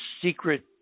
secret